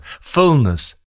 fullness